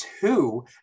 two